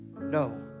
No